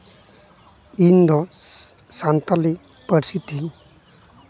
ᱤᱧᱫᱚ ᱥᱟᱱᱛᱟᱞᱤ ᱯᱟᱹᱨᱥᱤ ᱛᱤᱧ